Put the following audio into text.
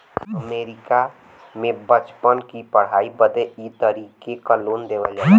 अमरीका मे बच्चन की पढ़ाई बदे ई तरीके क लोन देवल जाला